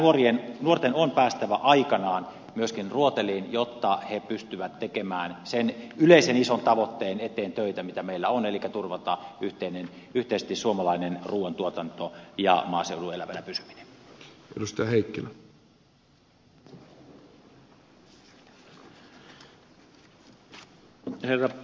elikkä nuorten on päästävä aikanaan myöskin ruoteliin jotta he pystyvät tekemään töitä sen yleisen ison tavoitteen eteen joka meillä on elikkä turvaamaan yhteisesti suomalaisen ruuantuotannon ja maaseudun elävänä pysymisen